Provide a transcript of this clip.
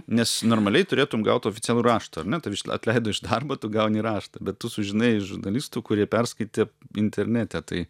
nes normaliai turėtum gaut oficialų raštą ar ne atleido iš darbo tu gauni raštą bet tu sužinai iš žurnalistų kurie perskaitė internete tai